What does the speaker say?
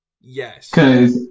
Yes